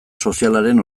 sozialaren